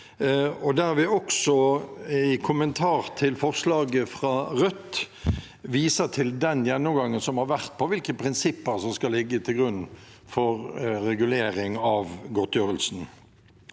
og der vi også, i kommentar til forslaget fra Rødt, viser til den gjennomgangen som har vært av hvilke prinsipper som skal ligge til grunn for regulering av godtgjørelsen.